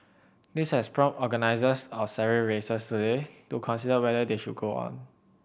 this has prompted organisers of several races today to consider whether they should go on